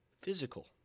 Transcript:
physical